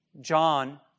John